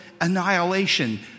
annihilation